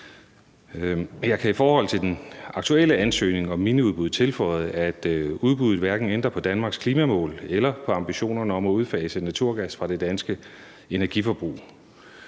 Jeg kan i forhold til den aktuelle ansøgning om miniudbud tilføje, at udbuddet hverken ændrer på Danmarks klimamål eller på ambitionerne om at udfase naturgas i det danske energiforbrug.